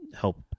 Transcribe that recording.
help